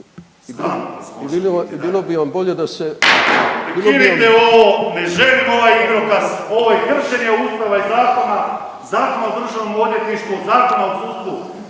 i bilo bi vam bolje da ste